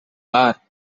bar